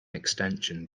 extension